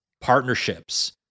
partnerships